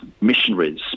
missionaries